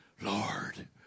Lord